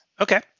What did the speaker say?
Okay